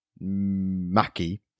Mackie